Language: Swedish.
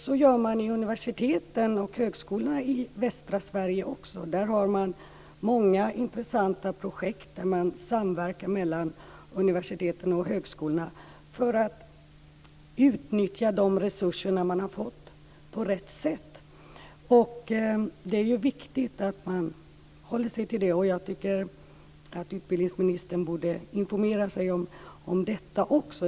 Så gör man i universiteten och på högskolorna i västra Sverige. Där har man många intressanta projekt. Man samverkar mellan universiteten och högskolorna för att utnyttja de resurser man har fått på rätt sätt. Det är viktigt att man håller sig till det. Jag tycker att utbildningsministern borde informera sig om detta också.